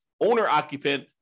owner-occupant